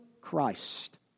Christ